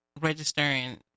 registering